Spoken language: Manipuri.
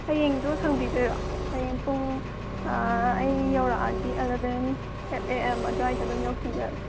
ꯍꯌꯦꯡꯗꯨ ꯁꯪꯕꯤꯗꯣꯏꯔꯣ ꯍꯌꯦꯡ ꯄꯨꯡ ꯑꯥ ꯑꯩ ꯌꯧꯔꯛꯂꯗꯤ ꯑꯦꯂꯕꯦꯟ ꯑꯩꯠ ꯑꯦ ꯑꯦꯝ ꯑꯗꯥꯏꯗ ꯑꯗꯨꯝ ꯌꯧꯁꯤꯟꯖꯔꯛꯂꯒꯦ